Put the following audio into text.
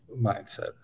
mindset